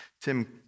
Tim